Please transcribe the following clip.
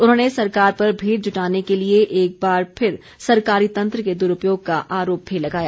उन्होंने सरकार पर भीड़ जुटाने के लिए एक बार फिर सरकारी तंत्र के दुरूपयोग का आरोप भी लगाया